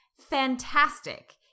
fantastic